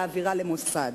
להעבירה למוסד?